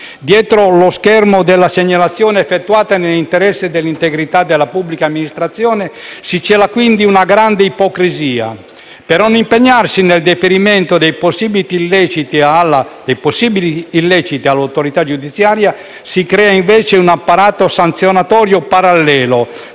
Dietro lo schermo della segnalazione effettuata nell'interesse dell'integrità della pubblica amministrazione si cela, quindi, una grande ipocrisia. Per non impegnarsi nel deferimento dei possibili illeciti all'autorità giudiziaria, si crea un apparato sanzionatorio parallelo,